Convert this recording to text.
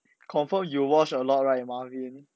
confirm you wash a lot right marvin